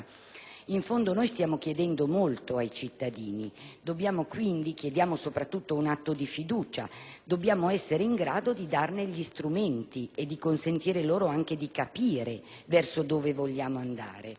In fondo, noi stiamo chiedendo molto ai cittadini, chiediamo soprattutto un atto di fiducia e dobbiamo essere in grado di dare gli strumenti e di consentire loro di capire dove vogliamo andare.